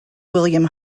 william